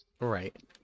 right